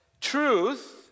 Truth